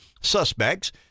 suspects